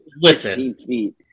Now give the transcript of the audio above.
listen